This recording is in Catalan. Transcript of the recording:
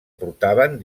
portaven